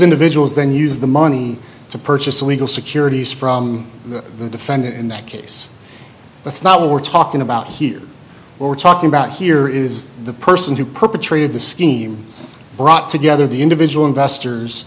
individuals then use the money to purchase legal securities from the defendant in that case that's not what we're talking about here we're talking about here is the person who perpetrated the scheme brought together the individual investors